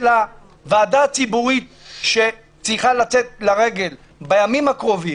הוועדה הציבורית שצריכה לצאת לדרך בימים הקרובים,